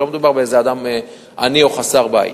לא מדובר באיזה אדם עני או חסר-בית.